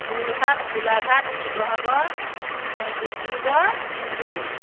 Jorhat Golaghat Sivasagar Dibrugarh Tinsukia